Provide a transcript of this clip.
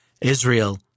Israel